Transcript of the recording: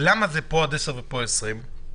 למה זה פה עד 10 וכאן עד 20?